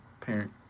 parent